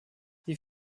die